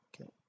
Okay